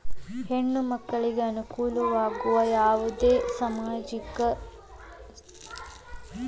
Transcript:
ಹೆಣ್ಣು ಮಕ್ಕಳಿಗೆ ಅನುಕೂಲವಾಗುವ ಯಾವುದೇ ಸಾಮಾಜಿಕ ಯೋಜನೆಗಳಿವೆಯೇ?